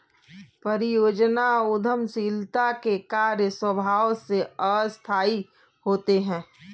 परियोजना उद्यमशीलता के कार्य स्वभाव से अस्थायी होते हैं